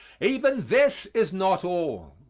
even this is not all.